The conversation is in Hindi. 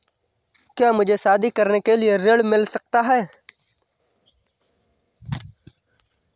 क्या मुझे शादी करने के लिए ऋण मिल सकता है?